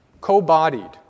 co-bodied